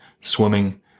swimming